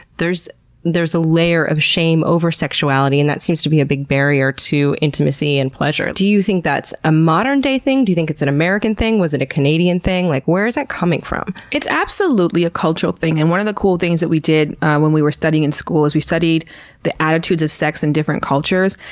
there's there's a layer of shame over sexuality and that seems to be a big barrier to intimacy and pleasure. do you think that's a modern-day thing? do you think it's an american thing? was it a canadian thing? like where is that coming from? it's absolutely a cultural thing. and one of the cool things that we did when we were studying in school is, we studied the attitudes of sex in different cultures.